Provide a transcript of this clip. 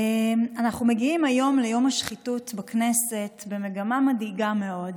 אנחנו מגיעים היום ליום המאבק בשחיתות בכנסת במגמה מדאיגה מאוד.